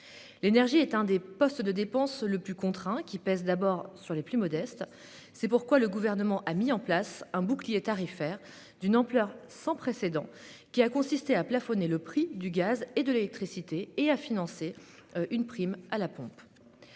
L'énergie est l'un des postes de dépenses les plus contraints, qui pèse d'abord sur les ménages les plus modestes. C'est pourquoi le Gouvernement a mis en place un bouclier tarifaire d'une ampleur sans précédent, qui a consisté à plafonner le prix du gaz et de l'électricité et à financer une prime à la pompe.